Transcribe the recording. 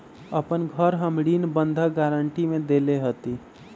अपन घर हम ऋण बंधक गरान्टी में देले हती